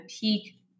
peak